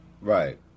Right